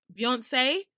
Beyonce